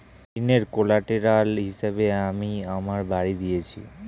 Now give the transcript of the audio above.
ঋনের কোল্যাটেরাল হিসেবে আমি আমার বাড়ি দিয়েছি